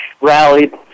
rallied